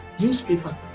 Newspaper